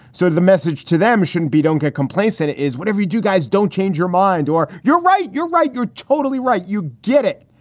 so the message to them should be, don't get complacent is whatever you do, guys, don't change your mind or you're right. you're right. you're totally right. you get it.